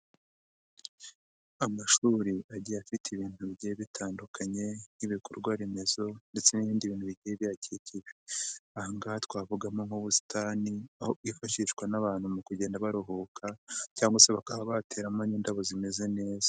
Amashuri agiye afite ibintu bigiye bitandukanye nk'ibikorwa remezo ndetse n'ibindi bintu bigiye biyakikije, aha ngaha twavugamo nk'ubusitani aho bwifashishwa n'abantu mu kugenda baruhuka cyangwa se bakaba bateramo n'indabo zimeze neza.